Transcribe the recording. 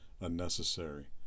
unnecessary